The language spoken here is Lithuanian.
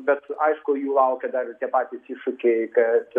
bet aišku jų laukia dar tie patys iššūkiai kad